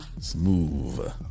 Smooth